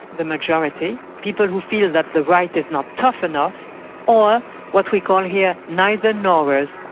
the majority, people who feel that the right is not tough enough or what we call here, neither nor-ers,